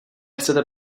chcete